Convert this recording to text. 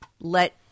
let